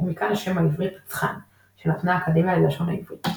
ומכאן השם העברי "פצחן" שנתנה האקדמיה ללשון העברית.